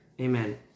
Amen